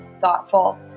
thoughtful